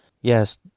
yes